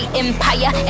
empire